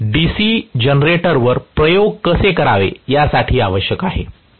तर हे डीसी जनरेटरवर प्रयोग कसे करावे यासाठी आवश्यक आहे